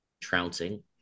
trouncing